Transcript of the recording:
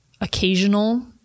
occasional